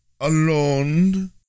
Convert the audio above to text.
alone